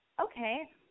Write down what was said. okay